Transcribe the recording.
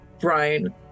Brian